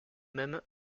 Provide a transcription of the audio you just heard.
même